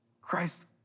Christ